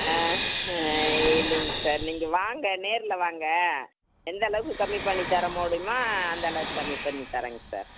ஆ இல்லைங்க சார் நீங்கள் வாங்க நேரில் வாங்க எந்தளவுக்கு கம்மி பண்ணித் தர முடியுமோ அந்தளவுக்கு கம்மி பண்ணித் தரேங்க சார்